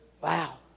Wow